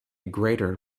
greater